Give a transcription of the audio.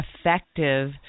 effective